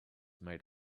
made